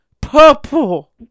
purple